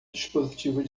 dispositivo